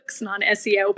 non-SEO